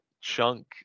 chunk